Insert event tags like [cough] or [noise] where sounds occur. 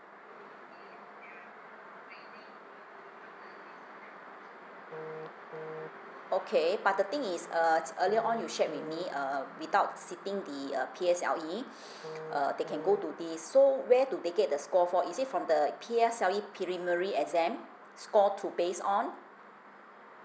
okay but the thing is err it's earlier on you shared with me uh without sitting the uh P_S_L_E [breath] err they can go to these so where do they get the score for is it from the P_S_L_E exam score to based on